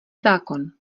zákon